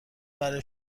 برای